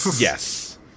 Yes